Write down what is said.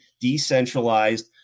decentralized